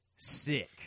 Sick